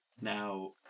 Now